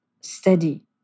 steady